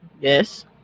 Yes